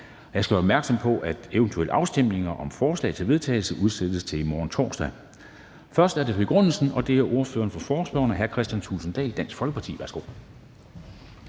Jeg skal gøre opmærksom på, at eventuelle afstemninger om forslag til vedtagelse udsættes til i morgen, torsdag den 18. november 2021. Først er det begrundelsen, og det er ordføreren for forespørgerne, hr. Kristian Thulesen Dahl, Dansk Folkeparti. Værsgo.